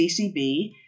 CCB